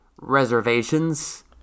reservations